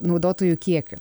naudotojų kiekiu